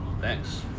thanks